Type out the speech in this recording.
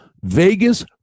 Vegas